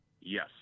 yes